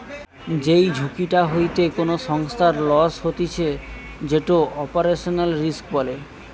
যেই ঝুঁকিটা হইতে কোনো সংস্থার লস হতিছে যেটো অপারেশনাল রিস্ক বলে